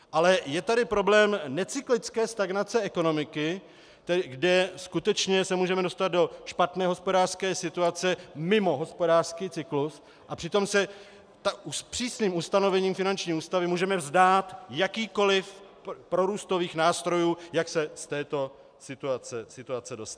Ale je tady problém necyklické stagnace ekonomiky, kde skutečně se můžeme dostat do špatné hospodářské situace mimo hospodářský cyklus, a přitom se přísným ustanovením finanční ústavy můžeme vzdát jakýchkoliv prorůstových nástrojů, jak se z této situace dostat.